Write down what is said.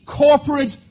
corporate